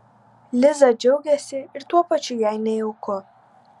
liza džiaugiasi ir tuo pačiu jai nejauku